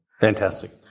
Fantastic